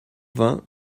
vain